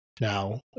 Now